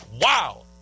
Wow